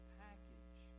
package